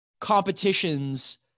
competitions